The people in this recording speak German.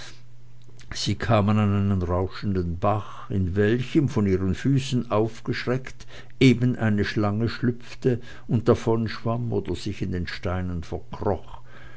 sie kamen an einen rauschenden bach in welchen von ihren füßen aufgescheucht eben eine schlange schlüpfte und davonschwamm oder sich in den steinen verkroch